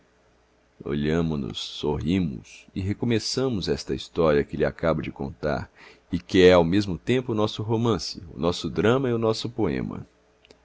olhamo nos sorrimos e recomeçamos esta história que lhe acabo de contar e que é ao mesmo tempo o nosso romance o nosso drama e o nosso poema